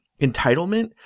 entitlement